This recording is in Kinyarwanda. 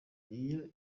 iyo